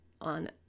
on